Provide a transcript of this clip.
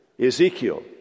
Ezekiel